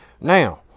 Now